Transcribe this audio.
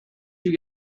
you